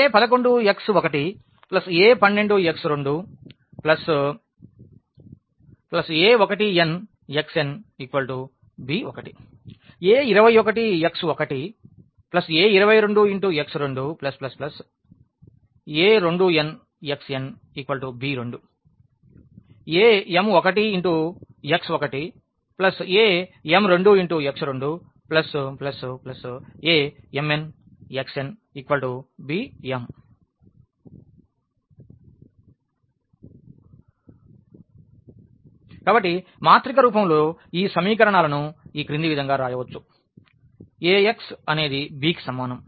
a11x1a12x2a1nxnb1 a21x1a22x2a2nxnb2 am1x1am2x2 ⋯ amnxnbm కాబట్టి మాత్రిక రూపంలో ఈ సమీకరణాలను ఈ క్రింది విధంగా వ్రాయవచ్చు A x అనేది b కి సమానం